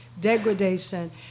degradation